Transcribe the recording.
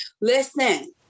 Listen